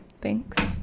Thanks